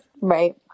Right